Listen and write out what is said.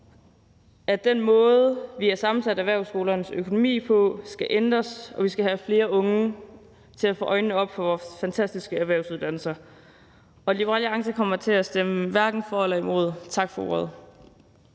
at den måde, vi har sammensat erhvervsskolernes økonomi på, skal ændres, og vi skal have flere unge til at få øjnene op for vores fantastiske erhvervsuddannelser. Liberal Alliance kommer til at stemme hverken for eller imod. Tak for ordet.